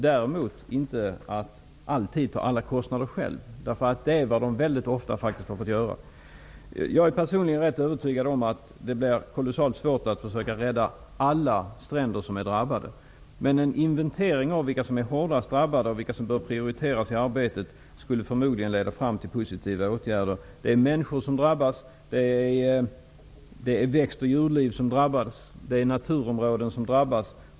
Däremot vill de inte alltid ta alla kostnader själva. Det är vad kommunerna faktiskt ofta har fått göra. Jag är personligen övertygad om att det blir kolossalt svårt att försöka rädda alla drabbade stränder, men en inventering av vilka områden som är hårdast drabbade och vilka som bör prioriteras i arbetet skulle förmodligen leda fram till positiva åtgärder. Människor drabbas. Växt och djurliv drabbas. Naturområden drabbas.